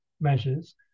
measures